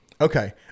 Okay